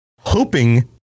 hoping